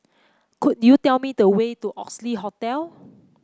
could you tell me the way to Oxley Hotel